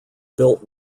built